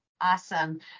Awesome